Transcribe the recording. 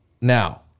now